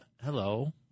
hello